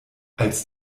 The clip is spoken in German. als